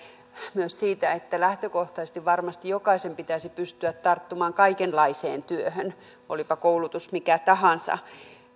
myös siitä että lähtökohtaisesti varmasti jokaisen pitäisi pystyä tarttumaan kaikenlaiseen työhön olipa koulutus mikä tahansa